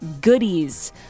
goodies